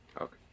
Okay